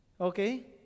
Okay